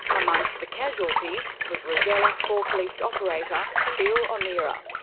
amongst the casualties was rosella forklift operator, bill o'meara.